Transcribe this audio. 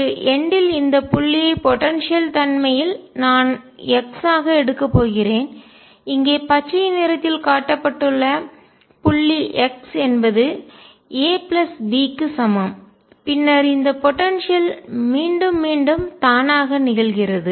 ஒரு எண்ட் இல் உள்ள இந்த புள்ளியை போடன்சியல் ஆற்றல் தன்மை இல் நான் x ஆக எடுக்கப் போகிறேன் இங்கே பச்சை நிறத்தில் காட்டப்பட்டுள்ள புள்ளி x என்பது a பிளஸ் b க்கு சமம் பின்னர் இந்த போடன்சியல் ஆற்றல் மீண்டும் மீண்டும் தானாக நிகழ்கிறது